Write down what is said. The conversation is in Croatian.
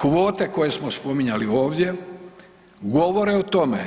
Kvote koje smo spominjali ovdje govore o tome